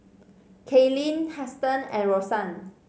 Kaelyn Huston and Rosann